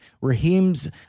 Raheem's